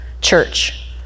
church